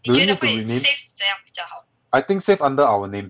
do we need to rename I think save under our name